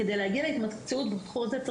כדי להגיע להתמקצעות בתחום הזה,